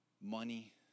money